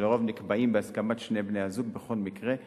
שלרוב נקבעים בהסכמת שני בני-הזוג בכל מקרה.